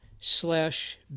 slash